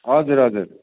हजुर हजुर